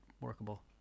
workable